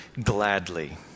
gladly